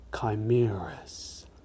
chimeras